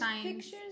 pictures